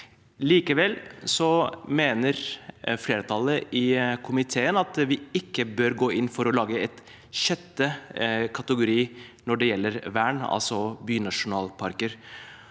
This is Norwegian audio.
Likevel mener flertallet i komiteen at vi ikke bør gå inn for å lage en sjette kategori når det gjelder vern, altså bynasjonalparker.